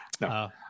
no